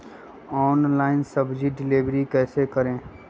Online सब्जी deliver कैसे करें?